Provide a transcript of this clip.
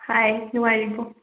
ꯍꯥꯏ ꯅꯨꯡꯉꯥꯏꯔꯤꯕꯣ